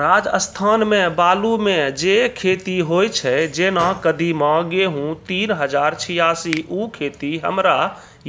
राजस्थान मे बालू मे जे खेती होय छै जेना कदीमा, गेहूँ तीन हजार छियासी, उ खेती हमरा